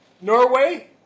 Norway